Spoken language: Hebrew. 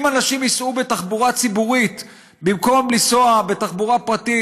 אם אנשים ייסעו בתחבורה ציבורית במקום לנסוע בתחבורה פרטית,